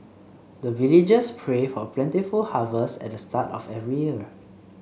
the villagers pray for plentiful harvest at the start of every year